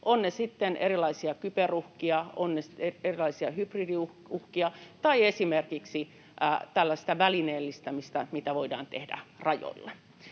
ne sitten erilaisia kyberuhkia, ovat ne erilaisia hybridiuhkia tai esimerkiksi tällaista välineellistämistä, mitä voidaan tehdä rajoilla.